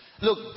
Look